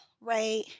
right